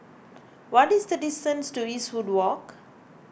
what is the distance to Eastwood Walk